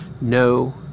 no